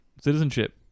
citizenship